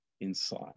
inside